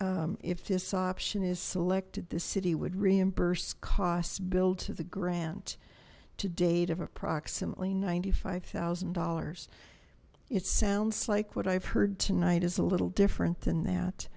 if this option is selected the city would reimburse costs billed to the grant to date of approximately ninety five thousand dollars it sounds like what i've heard tonight is a little different than that